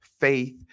faith